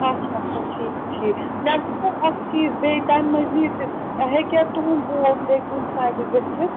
اَچھا اَچھا ٹھیٖک ٹھیٖک مےٚ وٕنۍتو اَکھ چیٖز بیٚیہِ تَمہِ مٔزیٖد تہِ ہیٚکیٛاہ تُہُنٛد بوٹ بیٚیہِ کُنہِ سایڈٕ گٔژھِتھ